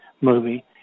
movie